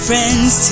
friends